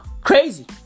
Crazy